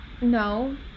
No